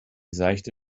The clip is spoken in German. seichte